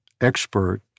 expert